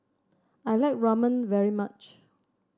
I like Ramen very much